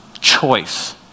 choice